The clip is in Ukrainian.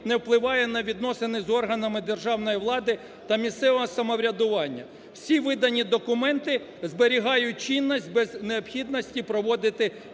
не впливає на відносини з органами державної влади та місцевого самоврядування. Всі видані документи зберігають чинність без необхідності проводити